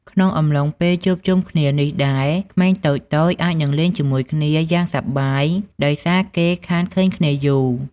ក្នុងអំឡុងពេលជួបជុំគ្នានេះដែរ ក្មេងតូចៗអាចនឹងលេងជាមួយគ្នាយ៉ាងសប្បាយដោយសារគេខានឃើញគ្នាយូរ។